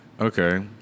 Okay